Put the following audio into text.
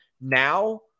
Now